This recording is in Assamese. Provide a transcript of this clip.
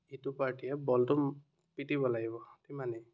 আৰু ইটো পাৰ্টীয়ে বলটো পিটিব লাগিব ইমানেই